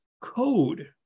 code